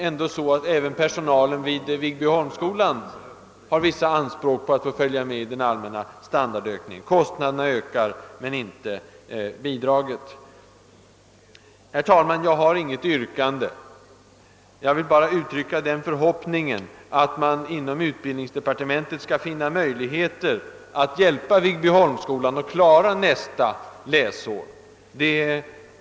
även personalen vid Viggbyholmsskolan har vissa anspråk på att få följa med i den allmänna standardhöjningen. Kostnaderna ökar men inte bidraget. Herr talman! Jag har inget yrkande utan vill bara uttrycka den förhoppningen, att man i utbildningsdepartementet skall finna möjligheter att hjälpa Viggbyholmsskolan att klara nästa läsår.